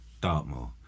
Dartmoor